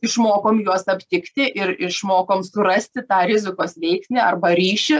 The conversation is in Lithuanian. išmokom juos aptikti ir išmokom surasti tą rizikos veiksnį arba ryšį